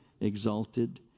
exalted